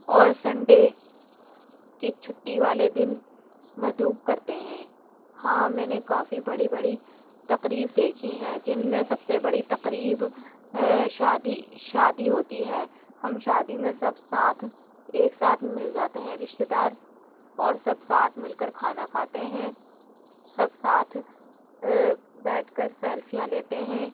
اور سنڈے کی چھٹی والے دن مدعو کرتے ہیں ہاں میں نے کافی بڑی بڑی تقریب دیکھی ہیں جن میں سب سے بڑی تقریب شادی شادی ہوتی ہے ہم شادی میں سب ساتھ ایک ساتھ مل جاتے ہیں رشتے دار اور سب ساتھ مل کر کھانا کھاتے ہیں سب ساتھ بیٹھ کر سیلفیاں لیتے ہیں